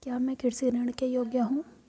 क्या मैं कृषि ऋण के योग्य हूँ?